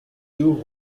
two